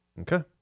Okay